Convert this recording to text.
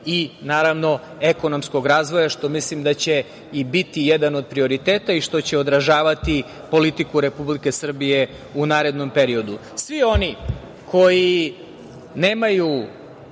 i, naravno, ekonomskog razvoja, što mislim da će i biti jedan od prioriteta i što će odražavati politiku Republike Srbije u narednom periodu. Svi oni koji nemaju